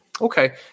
Okay